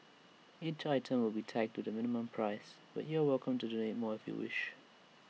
each item will be tagged with A minimum price but you're welcome to donate more if you wish